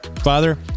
Father